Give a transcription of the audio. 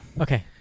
Okay